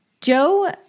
Joe